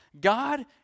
God